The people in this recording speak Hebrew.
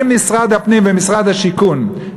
אם משרד הפנים ומשרד השיכון,